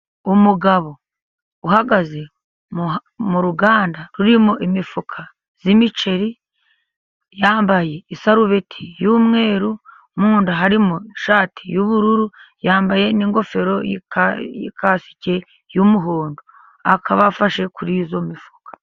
Umugabo uhagaze mu ruganda rurimo imifuka y'imiceri, yambaye isarubeti y'umweru, mu nda harimo ishati y'ubururu, yambaye n'ingofero y'ikasike y'umuhondo akaba afashe kuri iyo mifuka.